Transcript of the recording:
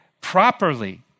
properly